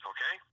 Okay